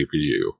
CPU